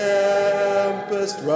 tempest